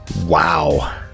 Wow